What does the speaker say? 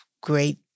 great